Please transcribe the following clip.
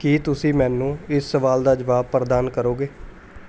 ਕੀ ਤੁਸੀਂ ਮੈਨੂੰ ਇਸ ਸਵਾਲ ਦਾ ਜਵਾਬ ਪ੍ਰਦਾਨ ਕਰੋਗੇ